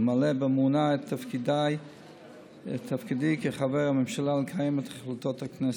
למלא באמונה את תפקידי כחבר הממשלה ולקיים את החלטות הכנסת.